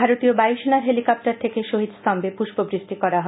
ভারতীয় বায়ু সেনার হেলিকপ্টার থেকে শহীদস্তম্ভে পুষ্পবৃষ্টি করা হয়